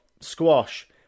squash